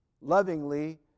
Lovingly